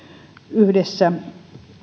yhdessä